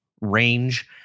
range